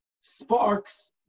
Sparks